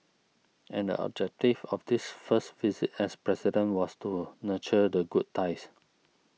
and the objective of this first visit as President was to nurture the good ties